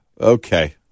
Okay